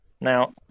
Now